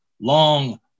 long